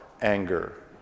anger